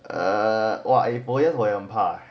ah !wah! eh POEMS 我也很怕